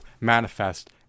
manifest